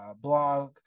blog